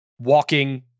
walking